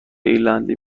ایرلندی